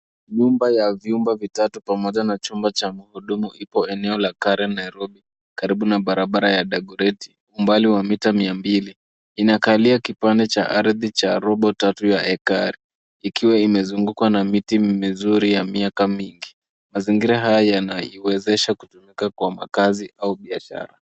Nyumba ya vyumba vitatu pamoja na chumba cha mhudumu ipo eneo la Karen Nairobi karibu na barabara ya Dagoreti umbali wa mita mia mbili. Inakalia kipande cha ardhi cha robo tatu ya ekari ikiwa imezungukwa na miti mizuri ya miaka mingi. Mazingira haya yanaiwezesha kutumika kwa makazi au biashara.